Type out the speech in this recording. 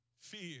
Fear